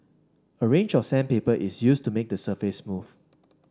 a range of sandpaper is used to make the surface smooth